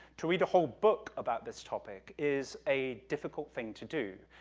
to read a whole book about this topic is a difficult thing to do,